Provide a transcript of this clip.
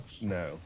No